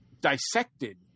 dissected